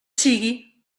sigui